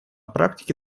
практике